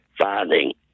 finding